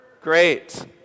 Great